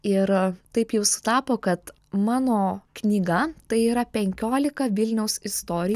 ir taip jau sutapo kad mano knyga tai yra penkiolika vilniaus istori